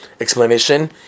explanation